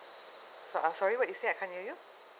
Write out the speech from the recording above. sorry I'm sorry what you said I can't hear you